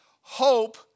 Hope